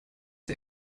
die